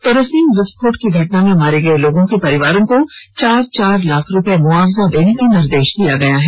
kerosene विस्फोट की घटना में मारे गए लोगों के परिवारों को चार चार लाख रूपये मुआवजा देने का निर्देश दिया गया है